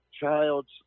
child's